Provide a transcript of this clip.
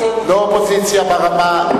לא אופוזיציה ברמה,